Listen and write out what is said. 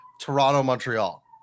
Toronto-Montreal